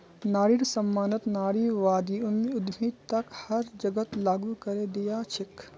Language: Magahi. नारिर सम्मानत नारीवादी उद्यमिताक हर जगह लागू करे दिया छेक